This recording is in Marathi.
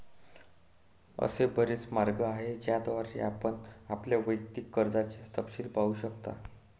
असे बरेच मार्ग आहेत ज्याद्वारे आपण आपल्या वैयक्तिक कर्जाचे तपशील पाहू शकता